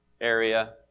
area